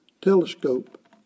telescope